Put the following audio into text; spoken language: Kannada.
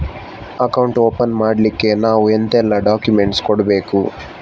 ಅಕೌಂಟ್ ಓಪನ್ ಮಾಡ್ಲಿಕ್ಕೆ ನಾವು ಎಂತೆಲ್ಲ ಡಾಕ್ಯುಮೆಂಟ್ಸ್ ಕೊಡ್ಬೇಕು?